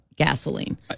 gasoline